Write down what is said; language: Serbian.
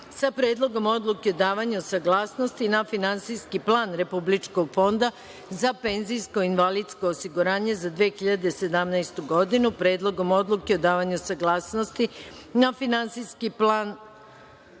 godinu, Predlogom odluke o davanju saglasnosti na Finansijski plan Republičkog fonda za zdravstveno osiguranje za 2017. godinu, Predlogom odluke o davanju saglasnosti na Finansijski plan